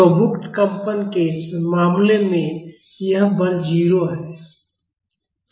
तो मुक्त कंपन के मामले में यह बल 0 है